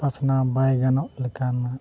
ᱯᱟᱥᱱᱟᱣ ᱵᱟᱭ ᱜᱟᱱᱚᱜ ᱞᱮᱠᱟᱱᱟᱜ